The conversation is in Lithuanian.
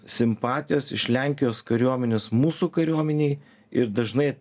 simpatijos iš lenkijos kariuomenės mūsų kariuomenei ir dažnai